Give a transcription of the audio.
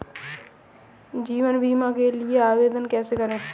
जीवन बीमा के लिए आवेदन कैसे करें?